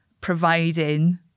providing